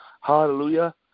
Hallelujah